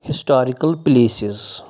historical places